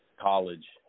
college